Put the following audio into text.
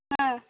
ಹಾಂ